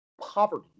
poverty